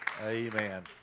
Amen